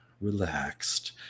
relaxed